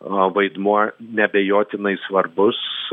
vaidmuo neabejotinai svarbus